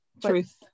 truth